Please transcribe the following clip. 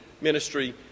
ministry